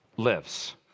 Lives